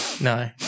No